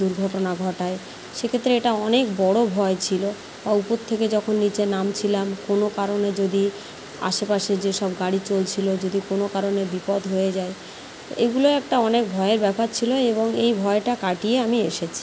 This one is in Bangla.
দুর্ঘটনা ঘটায় সে ক্ষেত্রে এটা অনেক বড়ো ভয় ছিলো উপর থেকে যখন নীচে নামছিলাম কোনো কারণে যদি আশেপাশে যেসব গাড়ি চলছিলো যদি কোনো কারণে বিপদ হয়ে যায় এগুলোই একটা অনেক ভয়ের ব্যাপার ছিলো এবং এই ভয়টা কাটিয়ে আমি এসেছি